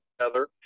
together